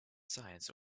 science